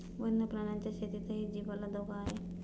वन्य प्राण्यांच्या शेतीतही जीवाला धोका आहे